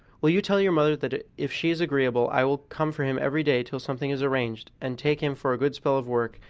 will you tell your mother that if she is agreeable i will come for him every day till something is arranged, and take him for a good spell of work,